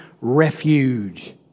refuge